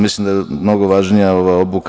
Mislim da je mnogo važnija ova obuka.